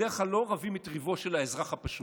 בדרך כלל לא רבים את ריבו של האזרח הפשוט.